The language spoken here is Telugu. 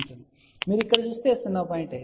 మీరు ఇక్కడ చూస్తే 0